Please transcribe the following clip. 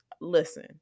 listen